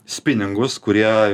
spiningus kurie